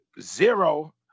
zero